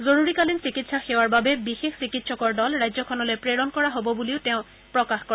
জৰুৰীকালীন চিকিৎসা সেৱাৰ বাবে বিশেষ চিকিৎসকৰ দল ৰাজ্যখনলৈ প্ৰেৰণ কৰা হ'ব বুলিও তেওঁ প্ৰকাশ কৰে